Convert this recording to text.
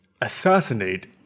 assassinate